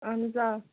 اَہَن حظ آ